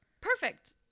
Perfect